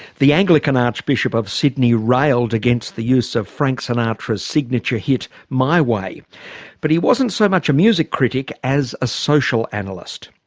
the anglican archbishop of sydney railed against the use of frank sinatra's signature hit my way but he wasn't so much a music critic as a social analyst.